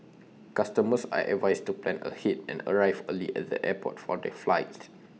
customers are advised to plan ahead and arrive early at the airport for their flights